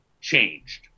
changed